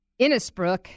Innisbrook